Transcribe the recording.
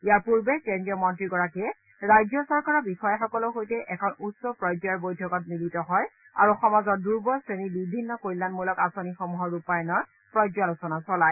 ইয়াৰ পূৰ্বে কেন্দ্ৰীয় মন্ত্ৰীগৰাকীয়ে ৰাজ্য চৰকাৰৰ বিষয়াসকলৰ সৈতে এখন উচ্চ পৰ্যায়ৰ বৈঠকত মিলিত হয় আৰু সমাজৰ দুৰ্বল শ্ৰেণীৰ বিভিন্ন কল্যাণমূলক আঁচনিসমূহৰ ৰূপায়ণৰ পৰ্যালোচনা চলায়